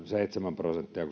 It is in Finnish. seitsemän prosenttia ja